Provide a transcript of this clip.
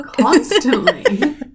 Constantly